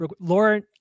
laura